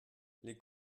les